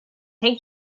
take